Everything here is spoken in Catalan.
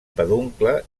peduncle